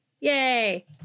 Yay